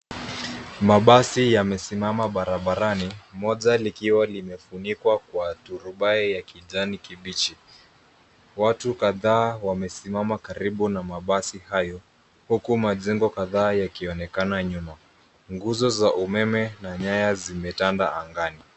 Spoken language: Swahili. Mabasi yamesimama barabarani moja likiwa limefunikwa kwa turubai ya kijani kibichi, watu kadhaa wamesimama karibu na mabasi hayo huku majengo kadhaa yakionekana nyuma. Nguzo za umeme na nyaya zimetanda angani.